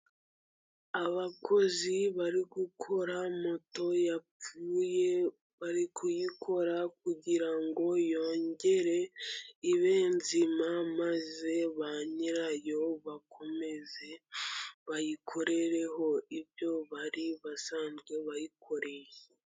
Abakozi bari gukora moto yapfuye, bari kuyikora kugira ngo yongere ibe nzima, maze ba nyirayo bakomeze bayikorereho, ibyo bari basanzwe bayikoreye.